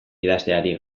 idazteari